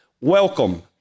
welcome